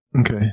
Okay